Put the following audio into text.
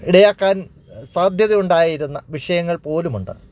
ഇടയാക്കാൻ സാധ്യതയുണ്ടായിരുന്ന വിഷയങ്ങൾ പോലുമുണ്ട്